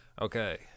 okay